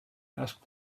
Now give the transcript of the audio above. asked